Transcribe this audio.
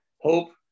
Hope